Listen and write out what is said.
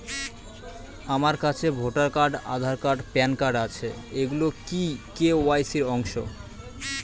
আমার কাছে voter card Aadhaar card PAN card আছে এগুলো কি কে.ওয়াই.সি র অংশ?